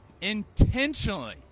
Intentionally